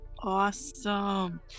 Awesome